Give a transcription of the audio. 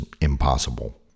impossible